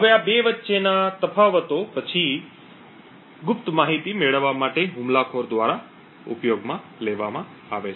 હવે આ 2 વચ્ચેના તફાવતો પછી ગુપ્ત માહિતી મેળવવા માટે હુમલાખોર દ્વારા ઉપયોગમાં લેવામાં આવે છે